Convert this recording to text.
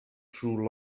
true